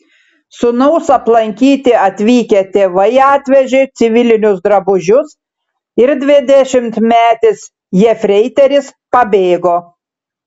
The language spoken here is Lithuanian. sūnaus aplankyti atvykę tėvai atvežė civilinius drabužius ir dvidešimtmetis jefreiteris pabėgo